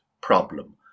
problem